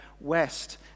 west